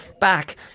back